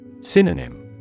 Synonym